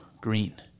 green